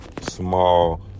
small